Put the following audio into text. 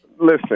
Listen